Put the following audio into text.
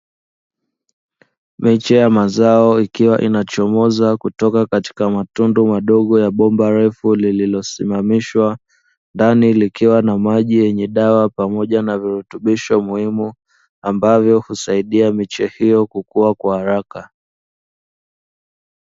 Miche ya mazao ikiwa inachomoza kutoka katika matundu madogo ya bomba refu lililosimamishwa ndani likiwa na maji yenye dawa pamoja na virutubisho muhimu ambavyo husaidia miche hiyo kukua kwa haraka.